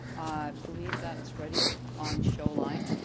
believe that's ready on show line.